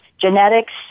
genetics